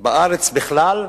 בארץ בכלל,